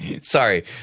Sorry